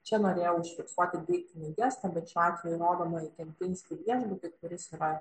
čia norėjo užfiksuoti deiktinį gestą bet šiuo atveju rodoma į kempinski viešbutį kuris yra